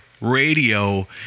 radio